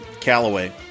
Callaway